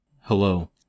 Hello